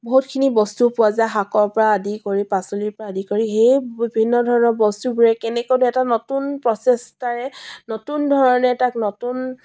বহুতখিনি বস্তু পোৱা যায় শাকৰ পৰা আদি কৰি পাচলিৰ পৰা আদি কৰি সেই বিভিন্ন ধৰণৰ বস্তুবোৰেই কেনেকৈনো এটা নতুন প্ৰচেষ্টাৰে নতুন ধৰণে তাক নতুন